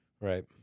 Right